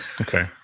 Okay